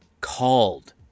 called